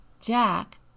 Jack